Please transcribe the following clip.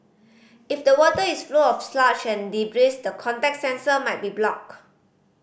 if the water is full of sludge and debris the contact sensor might be blocked